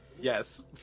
Yes